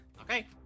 Okay